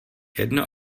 jedno